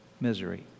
misery